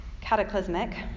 cataclysmic